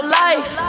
life